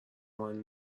منو